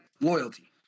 loyalty